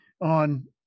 on